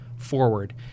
forward